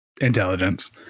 intelligence